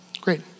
great